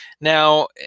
now